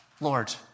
Lord